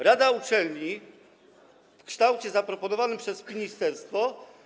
Rada uczelni w kształcie zaproponowanym przez ministerstwo.